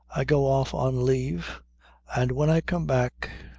i go off on leave and when i come back,